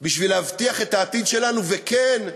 בשביל להבטיח את העתיד שלנו, וכן,